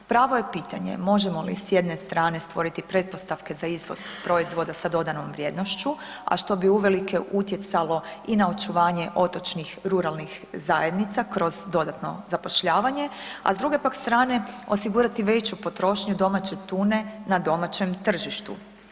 Pravo je pitanje možemo li s jedne strane stvoriti pretpostavke za izvoz proizvoda sa dodanom vrijednošću a što bi uvelike utjecalo i na očuvanje otočnih ruralnih zajednica kroz dodatno zapošljavanje a s druge pak strane, osigurati veću potrošnju domaće tune na domaćem tržištu.